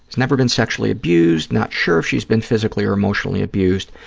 never been sexually abused, not sure if she's been physically or emotionally abused.